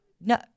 No